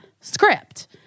script